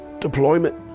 deployment